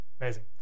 Amazing